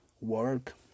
work